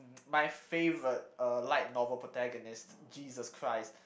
my favorite uh light novel protagonist Jesus-Christ